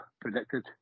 predicted